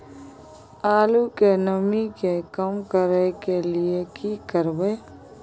आलू के नमी के कम करय के लिये की करबै?